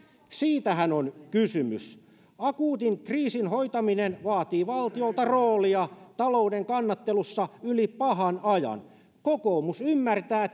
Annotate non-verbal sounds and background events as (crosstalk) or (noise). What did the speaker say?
siitähän on kysymys akuutin kriisin hoitaminen vaatii valtiolta roolia talouden kannattelussa yli pahan ajan kokoomus ymmärtää (unintelligible)